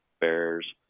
Bears